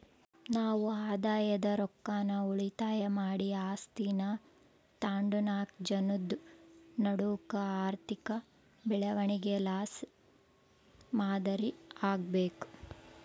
ನಾವು ಆದಾಯದ ರೊಕ್ಕಾನ ಉಳಿತಾಯ ಮಾಡಿ ಆಸ್ತೀನಾ ತಾಂಡುನಾಕ್ ಜನುದ್ ನಡೂಕ ಆರ್ಥಿಕ ಬೆಳವಣಿಗೆಲಾಸಿ ಮಾದರಿ ಆಗ್ಬಕು